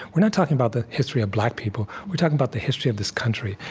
we're not talking about the history of black people, we're talking about the history of this country.